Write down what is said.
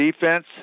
defense